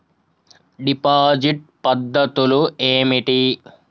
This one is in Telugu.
డిపాజిట్ పద్ధతులు ఏమిటి?